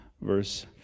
Verse